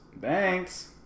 Thanks